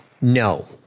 No